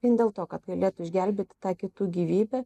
vien dėl to kad galėtų išgelbėti tą kitų gyvybę